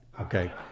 okay